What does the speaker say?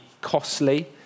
costly